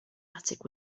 attic